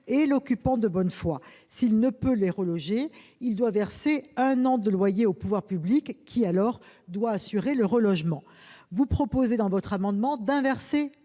et l'occupant de bonne foi. S'il ne peut les reloger, il doit verser un an de loyer aux pouvoirs publics, qui doivent assurer le relogement. Vous proposez dans votre amendement d'inverser